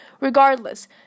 Regardless